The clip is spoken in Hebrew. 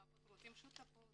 האבות רוצים שותפות